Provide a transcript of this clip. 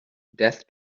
death